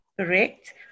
Correct